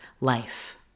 life